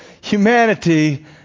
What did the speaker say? humanity